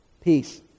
Peace